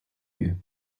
you